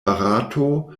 barato